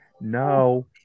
No